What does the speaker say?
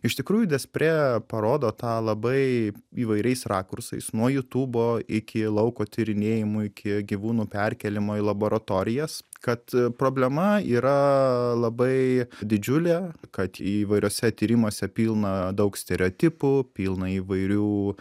iš tikrųjų despre parodo tą labai įvairiais rakursais nuo jutūbo iki lauko tyrinėjimų iki gyvūnų perkėlimo į laboratorijas kad problema yra labai didžiulė kad įvairiuose tyrimuose pilna daug stereotipų pilna įvairių